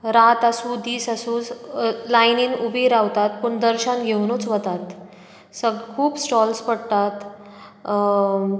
रात आसूं दीस आसूं लायनींत उबीं रावतात पूण दर्शन घेवनूच वतात स खूब स्टोल्स पडटात